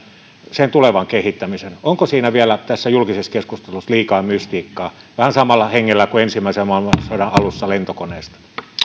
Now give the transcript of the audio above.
sen tulevan kehittämisen onko tässä julkisessa keskustelussa vielä liikaa mystiikkaa vähän samalla hengellä kuin ensimmäisen maailmansodan alussa lentokoneesta